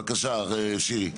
בבקשה, שירי.